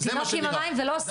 לא עושים את זה.